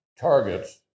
targets